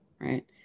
right